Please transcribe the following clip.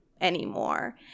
anymore